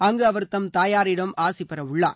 அங்கு அவர் தம் தாயாரிடம் ஆசி பெறவுள்ளார்